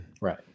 Right